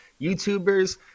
YouTubers